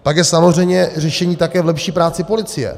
Pak je samozřejmě řešení také v lepší práci policie.